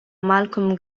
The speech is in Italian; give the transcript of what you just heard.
malcolm